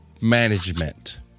management